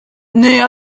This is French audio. naît